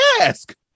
ask